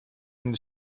nic